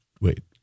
wait